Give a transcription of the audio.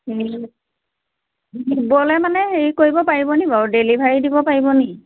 নিবলে মানে হেৰি কৰিব পাৰিব নি বাৰু ডেলিভাৰী দিব পাৰিব নি